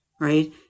right